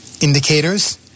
indicators